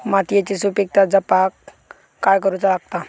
मातीयेची सुपीकता जपाक काय करूचा लागता?